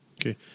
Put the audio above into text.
Okay